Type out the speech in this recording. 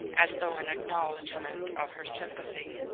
as though in acknowledgment of her sympathy.